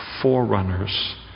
forerunners